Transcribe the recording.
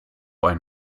ein